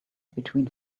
between